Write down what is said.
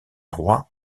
rois